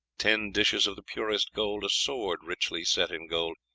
ten dishes of the purest gold, a sword richly set in gold,